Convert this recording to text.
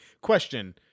Question